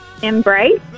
Embrace